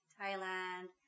Thailand